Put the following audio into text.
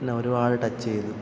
എന്നെ ഒരുപാട് ടച്ച് ചെയ്തു